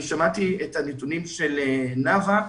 אני שמעתי את הנתונים של נאוה,